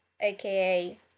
aka